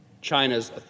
China's